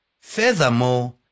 Furthermore